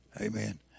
Amen